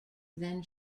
than